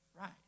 Right